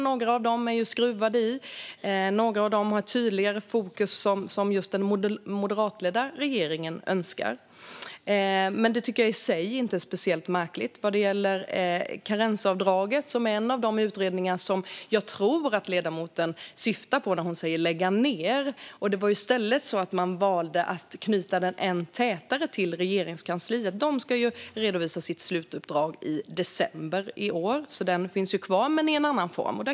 Några av dem har man skruvat i, och några av dem har fått ett tydligare fokus efter den moderatledda regeringens önskemål. Det tycker jag i sig inte är speciellt märkligt. Vad gäller karensavdraget, som är en av de utredningar som jag tror att ledamoten syftar på när hon säger "lägga ned", var det i stället så att man valde att knyta den ännu tätare till Regeringskansliet. Utredningen ska redovisa sitt slutuppdrag i december i år, så den finns kvar men i en annan form.